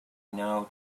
know